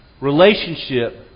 relationship